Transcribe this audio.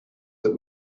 that